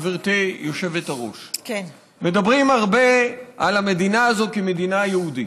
גברתי היושבת-ראש: מדברים הרבה על המדינה הזאת כמדינה יהודית.